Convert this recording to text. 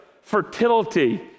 fertility